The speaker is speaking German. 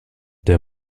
der